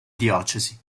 diocesi